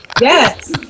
yes